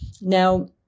Now